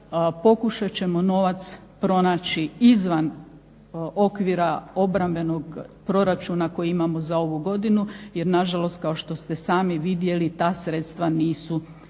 Pokušat ćemo novac pronaći izvan okvira obrambenog proračuna koji imamo za ovu godinu jer nažalost kao što ste sami vidjeli ta sredstva nisu predviđena.